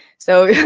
so,